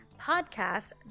Podcast